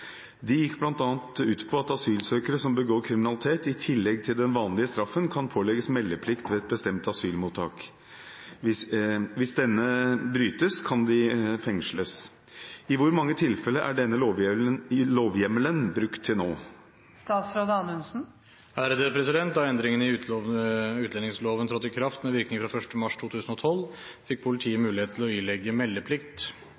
på at asylsøkere som begår kriminalitet, i tillegg til den vanlige straffen kan pålegges meldeplikt ved et bestemt asylmottak. Hvis dette brytes, kan de fengsles. I hvor mange tilfeller er denne lovhjemmelen brukt til nå?» Da endringene i utlendingsloven trådte i kraft, med virkning fra 1. mars 2012, fikk politiet